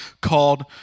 called